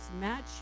match